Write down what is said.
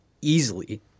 easily